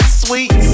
sweet